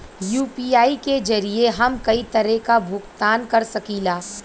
UPI के जरिये हम कई तरे क भुगतान कर सकीला